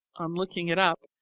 on looking it up,